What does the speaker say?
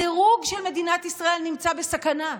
הדירוג של מדינת ישראל נמצא בסכנה.